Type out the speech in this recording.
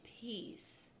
peace